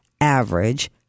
average